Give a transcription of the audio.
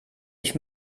ich